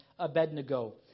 Abednego